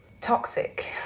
toxic